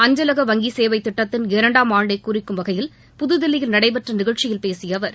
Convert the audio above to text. அஞ்சலக வங்கி சேவை திட்டத்தின் இரண்டாம் ஆண்டை குறிக்கும் வகையில் புதுதில்லியில் நடைபெற்ற நிகழ்ச்சியில் பேசிய அவர்